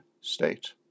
state